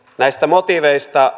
näistä motiiveista